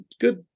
good